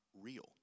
real